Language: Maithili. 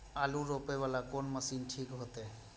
आलू रोपे वाला कोन मशीन ठीक होते?